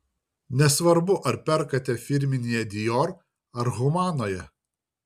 nesvarbu ar perkate firminėje dior ar humanoje